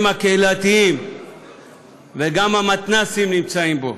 הקהילתיים וגם המתנ"סים נמצאים בה.